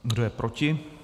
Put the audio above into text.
Kdo je proti?